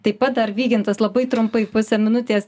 taip pat dar vygintas labai trumpai pusę minutės